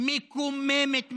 מקוממת מאוד.